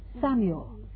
Samuel